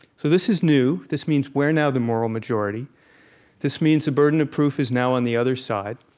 so this is new. this means we're now the moral majority this means the burden of proof is now on the other side.